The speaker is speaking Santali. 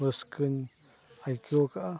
ᱨᱟᱹᱥᱠᱟᱹᱧ ᱟᱹᱭᱠᱟᱣ ᱠᱟᱜᱼᱟ